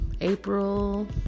April